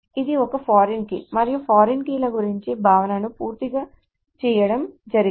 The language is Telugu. ఇది ఫారిన్ కీ మరియు ఫారిన్ కీల గురించి భావనను పూర్తి చేయడం జరిగింది